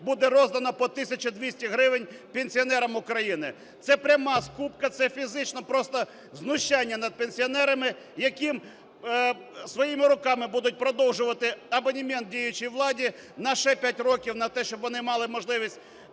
буде роздано по 1 тисячі 200 гривень пенсіонерам України. Це пряма скупка, це фізично просто знущання над пенсіонерами, яким… своїми руками будуть продовжувати абонемент діючій владі на ще 5 років на те, щоб вони мали можливість